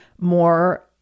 more